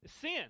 Sin